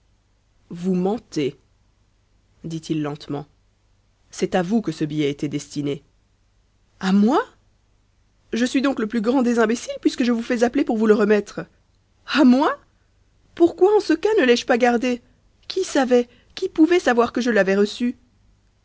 vous mentez dit-il lentement c'est à vous que ce billet était destiné à moi je suis donc le plus grand des imbéciles puisque je vous fais appeler pour vous le remettre à moi pourquoi en ce cas ne l'ai-je pas gardé qui savait qui pouvait savoir que je l'avais reçu